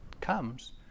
comes